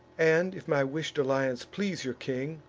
and, if my wish'd alliance please your king,